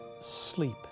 sleep